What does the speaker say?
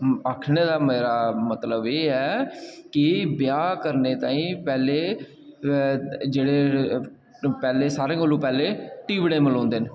आक्खने दा मेरा मतलब एह् ऐ कि ब्याह् करने ताहीं पैह्लें जेह्ड़े पैह्लें सारें कोला पैह्लें टिपड़े मलोंदे न